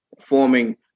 forming